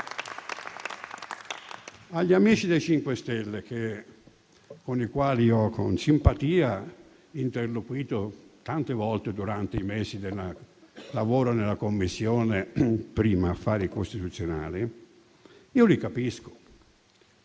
Agli amici dei 5 Stelle, con i quali ho con simpatia interloquito tante volte durante i mesi del lavoro nella Commissione affari costituzionali, vorrei dire